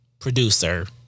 producer